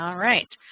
um right.